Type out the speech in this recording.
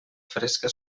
fresca